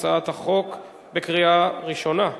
הצעת חוק לקריאה ראשונה.